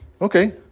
Okay